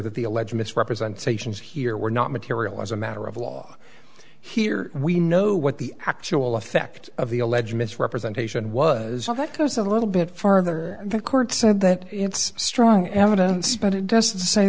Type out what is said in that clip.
that the alleged misrepresentations here were not material as a matter of law here we know what the actual effect of the alleged misrepresentation was all that goes a little bit further the court said that it's strong evidence but it doesn't say